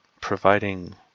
providing